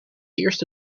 eerste